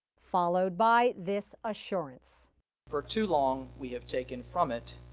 followed by this assurance for too long we have taken from it.